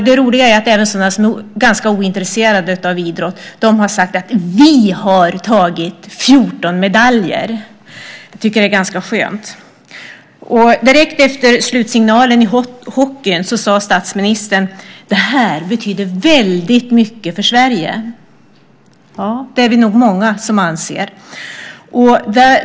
Det roliga är att även sådana som är ganska ointresserade av idrott har sagt: Vi har tagit 14 medaljer. Det tycker jag är ganska skönt. Direkt efter slutsignalen i hockeyn sade statsministern: Det här betyder väldigt mycket för Sverige. Ja, det är vi nog många som anser.